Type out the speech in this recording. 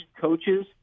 coaches